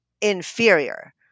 inferior